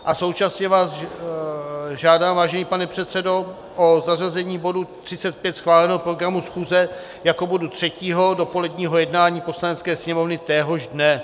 A současně vás žádám, vážený pane předsedo, o zařazení bodu 35 schváleného programu schůze jako bodu třetího do poledního jednání Poslanecké sněmovny téhož dne.